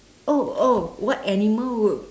oh oh what animal would